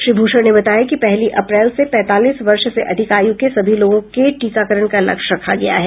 श्री भूषण ने बताया कि पहली अप्रैल से पैंतालीस वर्ष से अधिक आयु के सभी लोगों के टीकाकरण का लक्ष्य रखा गया है